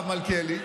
הרב מלכיאלי?